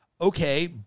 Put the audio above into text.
okay